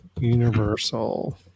universal